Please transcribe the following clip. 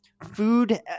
Food